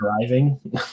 driving